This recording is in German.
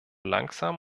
langsam